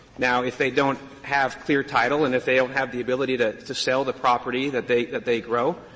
now, if they don't have clear title and if they don't have the ability to to sell the property that they that they grow,